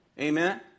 Amen